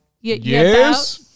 Yes